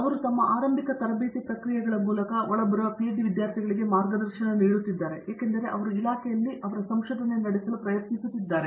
ಅವರು ತಮ್ಮ ಆರಂಭಿಕ ತರಬೇತಿ ಪ್ರಕ್ರಿಯೆಗಳ ಮೂಲಕ ಒಳಬರುವ ಪಿಹೆಚ್ಡಿ ವಿದ್ಯಾರ್ಥಿಗಳಿಗೆ ಮಾರ್ಗದರ್ಶನ ನೀಡುತ್ತಿದ್ದಾರೆ ಏಕೆಂದರೆ ಅವರು ಇಲಾಖೆಯಲ್ಲಿ ಅವರ ಸಂಶೋಧನೆ ನಡೆಸಲು ಪ್ರಯತ್ನಿಸುತ್ತಿದ್ದಾರೆ